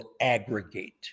aggregate